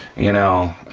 you know